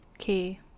Okay